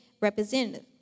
representative